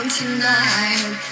tonight